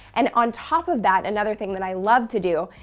and on top of that, another thing that i love to do,